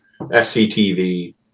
SCTV